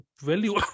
value